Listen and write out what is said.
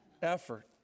Effort